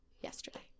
yesterday